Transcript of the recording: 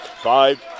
Five